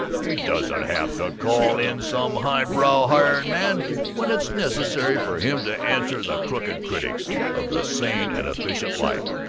he doesn't have to call in some highbrow hired-man when it's necessary for him to answer the crooked critics of the sane and efficient life.